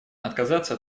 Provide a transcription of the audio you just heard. отказаться